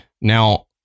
Now